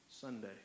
Sunday